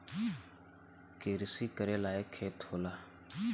किरसी करे लायक खेत होला